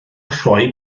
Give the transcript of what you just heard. rhoi